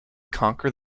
conquer